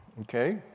okay